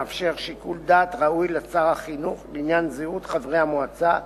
מאפשר שיקול דעת ראוי לשר החינוך לעניין זהות חברי המועצה,